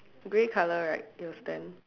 grey colour right your stand